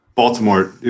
Baltimore